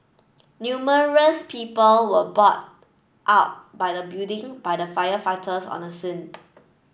numerous people were brought out by the building by the firefighters on the scene